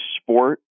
sport